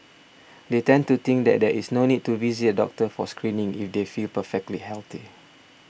they tend to think that there is no need to visit a doctor for screening if they feel perfectly healthy